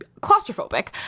claustrophobic